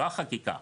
לא החקיקה,